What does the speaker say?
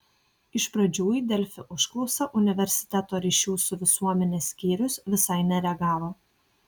iš pradžių į delfi užklausą universiteto ryšių su visuomene skyrius visai nereagavo